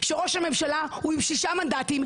שראש הממשלה הוא עם שישה מנדטים,